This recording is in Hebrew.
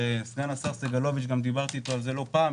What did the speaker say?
ודיברתי על זה עם סגן השר סגלוביץ' לא פעם.